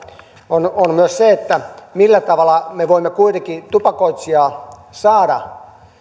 on on se millä tavalla me voimme kuitenkin tupakoitsijaa saada